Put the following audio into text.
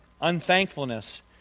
unthankfulness